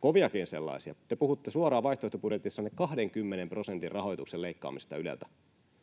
koviakin sellaisia. Te puhutte suoraan vaihtoehtobudjetissanne 20 prosentin rahoituksen leikkaamisesta Yleltä.